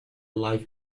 life